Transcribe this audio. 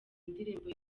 indirimbo